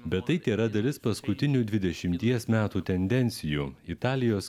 bet tai tėra dalis paskutinių dvidešimties metų tendencijų italijos